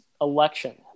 election